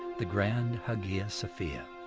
the grand hagia sophia,